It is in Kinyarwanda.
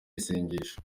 isengesho